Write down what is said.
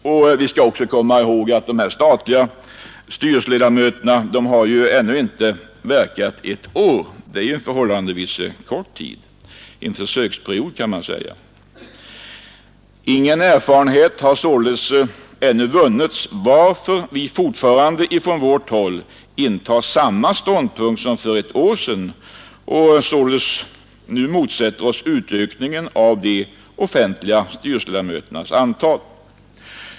Man skall också komma ihåg att de statliga styrelseledamöterna ännu ej har verkat ett år. Det är en förhållandevis kort tid. Man kan säga att det är en försöksperiod. Ingen erfarenhet har således ännu vunnits i detta sammanhang, varför vi fortfarande intar samma ståndpunkt som för ett år sedan och även nu motsätter oss utökningen av de offentliga styrelseledamöternas antal.